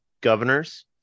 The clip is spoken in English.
governors